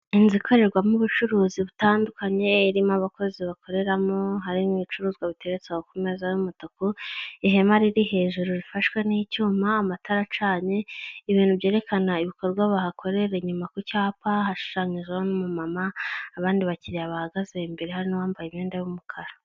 Inzu ikorerwamo ubucuruzi butandukanye irimo abakozi bakoreramo harimo ibicuruzwa biteretse aho ku meza y'umutuku ihema riri hejuru rifashwe n'icyuma amatara acanye ibintu byerekana ibikorwa bahakorera inyuma ku cyapa hashushanyijeho n'umumama abandi bakiriya bahagaze imbere hari abambaye imyenda y'umukara.